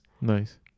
Nice